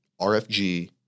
RFG